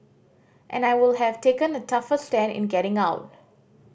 and I would have taken a tougher stand in getting out